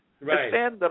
Right